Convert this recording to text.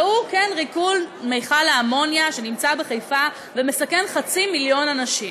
והוא ריקון מכל האמוניה שנמצא בחיפה ומסכן חצי מיליון אנשים.